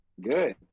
Good